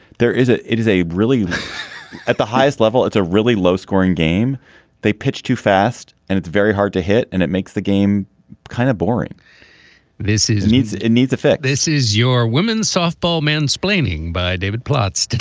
there is it it is a really at the highest level. it's a really low scoring game they pitch too fast and it's very hard to hit and it makes the game kind of boring this is needs. it it needs the fact this is your women's softball mansplaining by david plotz,